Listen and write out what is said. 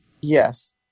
Yes